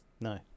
no